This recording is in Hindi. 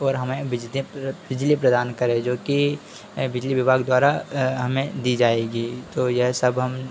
और हमें बीजदीं बिजली प्रदान करें जो कि बिजली विभाग द्वारा हमें दी जाएगी तो यह सब हम